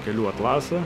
kelių atlasą